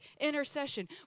intercession